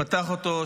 פתח אותו,